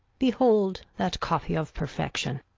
behold that copy of perfection,